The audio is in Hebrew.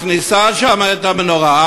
מכניסה לשם את המנורה,